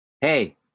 hey